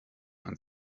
man